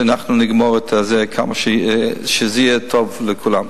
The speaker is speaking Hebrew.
ואנחנו נגמור את זה, שזה יהיה טוב לכולם.